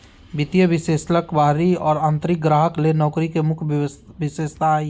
वित्तीय विश्लेषक बाहरी और आंतरिक ग्राहक ले नौकरी के मुख्य विशेषता हइ